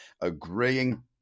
agreeing